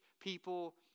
people